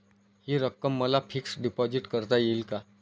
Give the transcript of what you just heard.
हि रक्कम मला फिक्स डिपॉझिट करता येईल का?